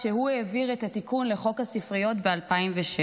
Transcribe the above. כשהוא העביר את התיקון לחוק הספריות ב-2007.